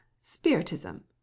spiritism